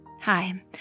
Hi